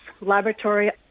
laboratory